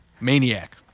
Maniac